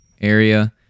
area